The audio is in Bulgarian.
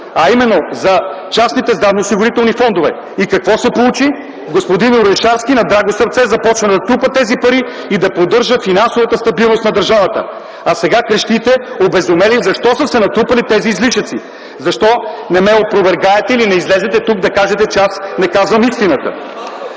А именно, за частните здравноосигурителни фондове. И какво се получи? Господин Орешарски на драго сърце започна да трупа тези пари и да поддържа финансовата стабилност на държавата. А сега крещите обезумели – защо са се натрупали тези излишъци? Защо не ме опровергаете или не излезете тук да кажете, че аз не казвам истината?